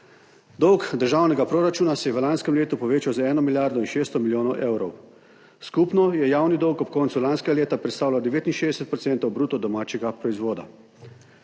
Dolg državnega proračuna se je v lanskem letu povečal za 1 milijardo in 600 milijonov evrov, skupno je javni dolg ob koncu lanskega leta predstavljal 69 % bruto domačega proizvoda.